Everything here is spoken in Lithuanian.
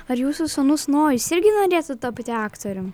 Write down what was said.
ar jūsų sūnus nojus irgi norėtų tapti aktorium